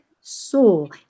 soul